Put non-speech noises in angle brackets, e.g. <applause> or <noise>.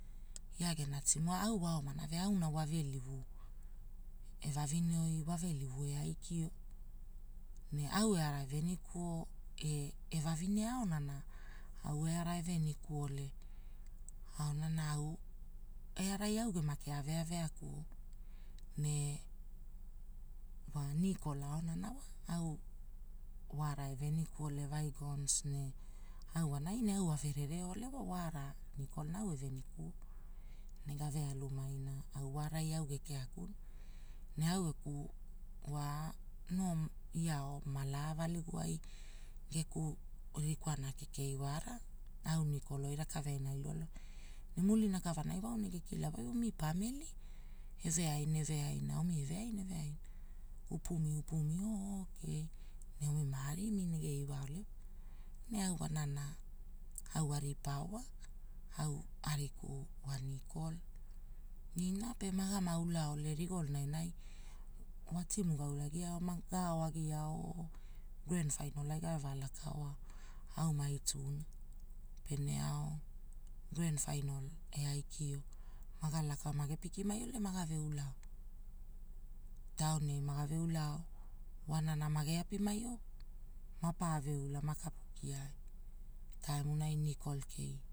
Ia gena timu, au waoma vea auna wave livu, evavi oi, wavelivu e aikio. Au eara venikuo evavine aona na, au eara evenikuo. Aonana au earai au gema kea veaveakuo, ne wa Nikol aona na <hesitation> wa woara veniku ole vaikons ne wanai ne au ave rele ole waara au eveniku ole ne au wa arai au gekeakuna. Na au geku, wa noo iao malaa valigukuai. Geku rikwana kekei wara, au Nikolo oi wa rakaveaina ai lualua. Ne mulina kavanai wau gekilawai omi pamili, eve neveai naomi eve aina eve aina upumi upumi oo keii omi marimi rege iwa ole, ne au waanana au aripao wa, au ariku Nikol ina. Pe magama ula ole rigolonai wa tiimu gaaulagiao maga ao agiao gren fainol ai gaava laka oao, aumai tu. Pene ao gren fainol eaikio maga lakao mage piki maio ole, maga ulao. Taoni ai magave ula ao, weananan mage api maio mapaia ula makapu kiai, taimu nai Nikol kei